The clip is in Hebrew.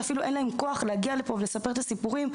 יש אנשים שאין להם כוח אפילו להגיע לפה ולספר את הסיפורים,